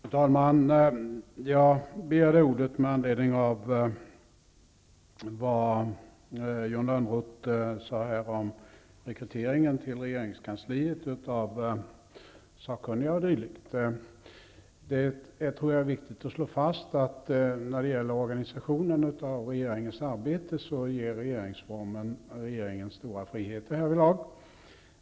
Fru talman! Jag begärde ordet med anledning av vad Johan Lönnroth sade om rekryteringen till regeringskansliet av sakkunniga m.fl. Det är viktigt att slå fast att regeringsformen ger regeringen stora friheter när det gäller organisationen av regeringens arbete.